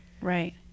Right